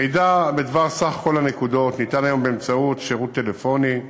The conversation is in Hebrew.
מידע על סך כל הנקודות אפשר לקבל היום באמצעות שירות טלפוני,